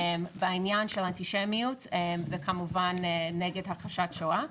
בעניין של אנטישמיות וכמובן, נגד הכחשת שואה.